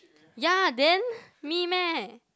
ya then me meh